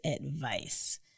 advice